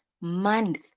month